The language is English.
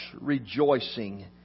rejoicing